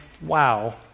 wow